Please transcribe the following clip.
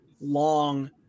long